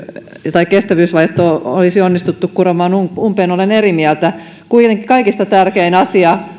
tai ei kestävyysvajetta olisi onnistuttu kuromaan umpeen olen eri mieltä kuitenkin kaikista tärkein asia